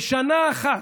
בשנה אחת?